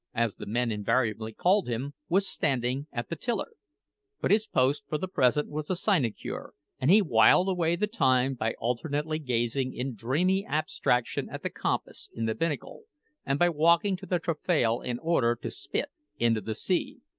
as the men invariably called him, was standing at the tiller but his post for the present was a sinecure, and he whiled away the time by alternately gazing in dreamy abstraction at the compass in the binnacle and by walking to the taffrail in order to spit into the sea.